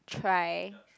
try